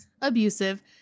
abusive